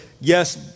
yes